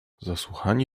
zasłuchani